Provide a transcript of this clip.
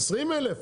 20,000?